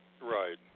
Right